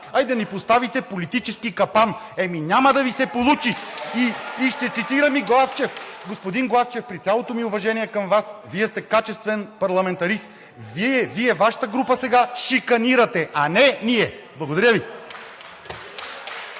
е да ни поставите политически капан! Еми няма да Ви се получи! (Ръкопляскания от ИТН.) Ще цитирам и Главчев. Господин Главчев, при цялото ми уважение към Вас, Вие сте качествен парламентарист, Вие, Вашата група сега шиканирате, а не ние! Благодаря Ви.